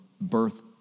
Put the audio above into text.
birth